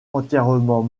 entièrement